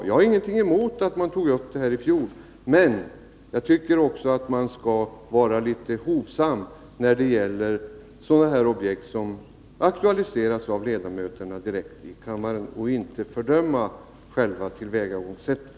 Jag har ingenting emot att man tog upp detta i fjol, men jag tycker att man skall vara litet hovsam när det gäller objekt som aktualiseras av ledamöterna direkt i kammaren och inte fördöma själva tillvägagångssättet.